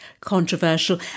controversial